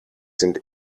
sind